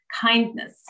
kindness